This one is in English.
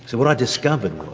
what i discovered